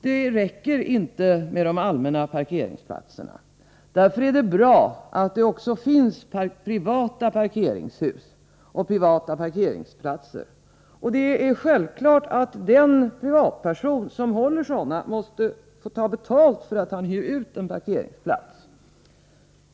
Det räcker inte med de allmänna parkeringsplatserna. Därför är det bra att det också finns privata parkeringshus och privata parkeringsplatser. Det är självklart att den privatperson som håller sådana måste få ta betalt för att han hyr ut en parkeringsplats.